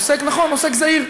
נכון, עוסק זעיר.